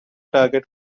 target